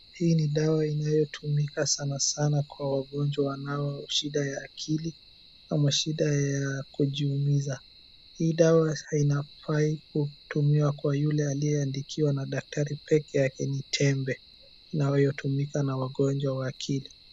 Hii ni dawa inayotumika sana sana kwa wagonjwa wanao shida ya akili au mashida ya kujiumiza. Hii dawa inafaa kutumiwa kwa yule aliyeandikiwa na daktari peke yake ni tembe inayotumika na wagonjwa wa akili.